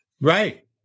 Right